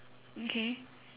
okay